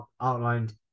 outlined